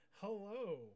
Hello